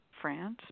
France